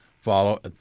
follow